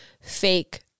fake